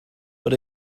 but